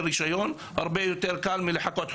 רישיון הרבה יותר קל מלחכות חודשיים.